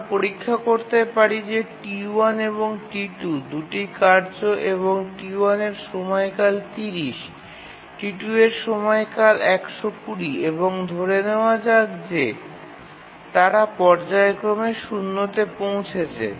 আমরা পরীক্ষা করতে পারি যে T1 এবং T2 ২ টি কার্য এবং T1 এর সময়কাল ৩০ T2 এর সময়কাল ১২০ এবং ধরে নেওয়া যাক যে তারা পর্যায়ক্রমে ০ তে পৌঁছেছে